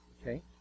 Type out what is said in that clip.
Okay